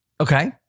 Okay